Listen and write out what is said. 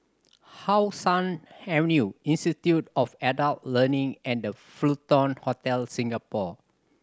How Sun Avenue Institute of Adult Learning and Fullerton Hotel Singapore